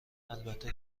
البته